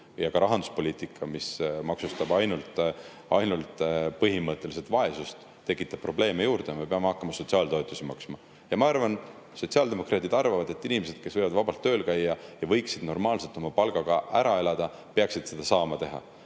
ja ka rahanduspoliitika, mis põhimõtteliselt maksustab ainult vaesust, tekitab probleeme juurde. Me peame hakkama sotsiaaltoetusi maksma. Ma arvan ja sotsiaaldemokraadid arvavad, et inimesed, kes võivad vabalt tööl käia ja normaalselt oma palgaga ära elada, peaksid seda saama teha.